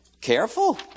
Careful